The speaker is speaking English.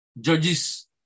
Judges